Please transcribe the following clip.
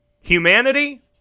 Humanity